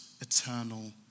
eternal